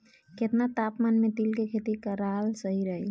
केतना तापमान मे तिल के खेती कराल सही रही?